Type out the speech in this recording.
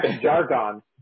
Jargon